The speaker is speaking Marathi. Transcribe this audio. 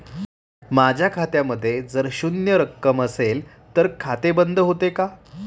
माझ्या खात्यामध्ये जर शून्य रक्कम असेल तर खाते बंद होते का?